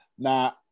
Now